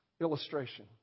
Illustration